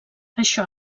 això